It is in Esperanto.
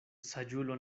saĝulo